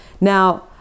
Now